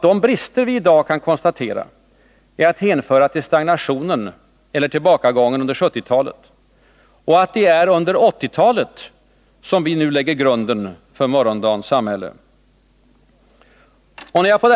De brister vi i dag kan konstatera är att hänföra till stagnationen eller tillbakagången under 1970-talet, och det är under 1980-talet vi lägger grunden för morgondagens samhälle.